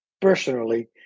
personally